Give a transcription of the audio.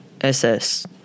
ss